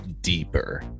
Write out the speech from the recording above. deeper